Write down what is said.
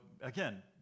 again